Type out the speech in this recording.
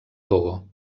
togo